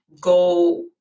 go